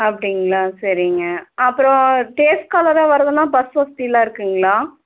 அப்படிங்களா சரிங்க அப்புறம் டேஸ் ஸ்காலராக வர்றதுன்னா பஸ் வசதி எல்லாம் இருக்குதுங்களா